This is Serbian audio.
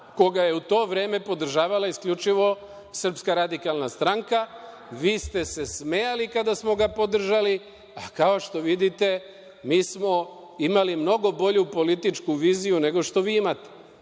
koga je u to vreme podržavala isključivo SRS. Vi ste smejali kada smo ga podržali, a kao što vidite mi smo imali mnogo bolju političku viziju nego što vi imate. Vi